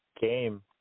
game